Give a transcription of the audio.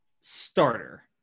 starter